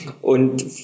und